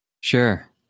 Sure